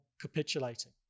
capitulating